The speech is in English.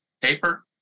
paper